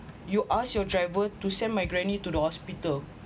you ask your driver to send my granny to the hospital